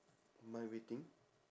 mind waiting